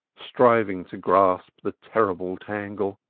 striving to grasp the terrible tangle.